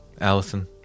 Allison